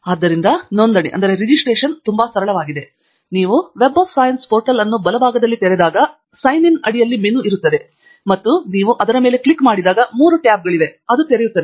ಆದ್ದರಿಂದ ನೋಂದಣಿ ತುಂಬಾ ಸರಳವಾಗಿದೆ ನೀವು ವೆಬ್ ಸೈನ್ಸ್ ಪೋರ್ಟಲ್ ಅನ್ನು ಬಲ ಭಾಗದಲ್ಲಿ ತೆರೆದಾಗ ಸೈನ್ ಇನ್ ಅಡಿಯಲ್ಲಿ ಮೆನು ಇರುತ್ತದೆ ಮತ್ತು ನೀವು ಅದರ ಮೇಲೆ ಕ್ಲಿಕ್ ಮಾಡಿದಾಗ ಮೂರು ಟ್ಯಾಬ್ಗಳಿವೆ ಅದು ತೆರೆಯುತ್ತದೆ